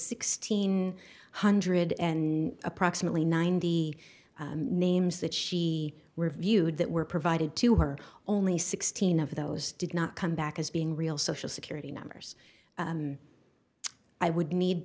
sixteen hundred and approximately ninety names that she reviewed that were provided to her only sixteen of those did not come back as being real social security numbers i would need